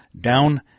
down